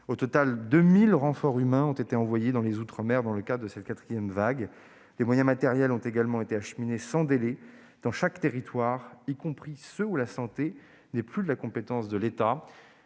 Au total, près de 2 000 renforts humains ont été envoyés dans les outre-mer dans le cadre de cette quatrième vague. Des moyens matériels ont également été acheminés sans délai dans chaque territoire, y compris dans ceux où la santé ne relève plus de la compétence de l'État.